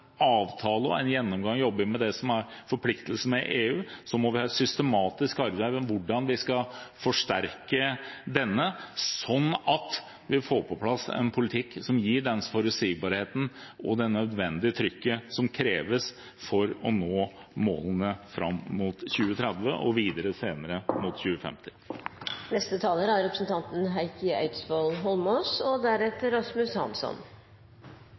avtale og en gjennomgang og jobbe med det som er forpliktelsen med EU. Så må vi ha et systematisk arbeid for hvordan vi skal forsterke denne, sånn at vi får på plass en politikk som gir den forutsigbarheten og det trykket som kreves for å nå målene fram mot 2030 og senere videre mot 2050.